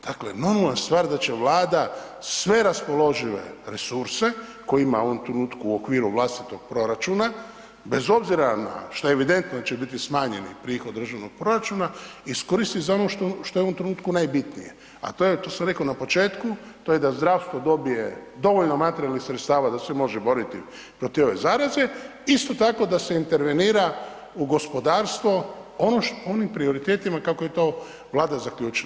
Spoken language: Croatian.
Dakle, normalna stvar da će Vlada sve raspoložive resurse koje ima u ovom trenutku u okviru vlastitog proračuna, bez obzira što je evidentno da će biti smanjen prihod državnog proračuna, iskoristit za ono što je u ovom trenutku najbitnije a to sam rekao na početku, to je zdravstvo dobi je dovoljno materijalnih sredstava da se može boriti protiv zaraze, isto tako da se intervenira u gospodarstvo onim prioritetima kako je to Vlada zaključila.